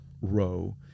row